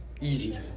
easy